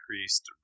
Increased